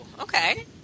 okay